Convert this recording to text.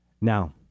Now